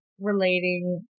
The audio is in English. relating